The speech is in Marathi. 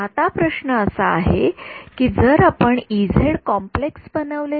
आता प्रश्न असा आहे की जर आपण कॉम्प्लेक्स बनवले तर